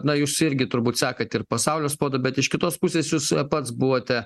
na jūs irgi turbūt sekat ir pasaulio spaudą bet iš kitos pusės jūs pats buvote